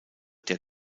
der